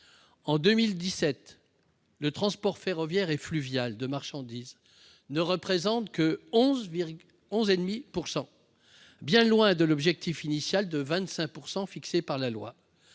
en 2017, le transport ferroviaire et fluvial de marchandises ne représentait que 11,5 % du total, bien loin de cet objectif initial de 25 % fixé par la loi.